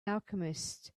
alchemist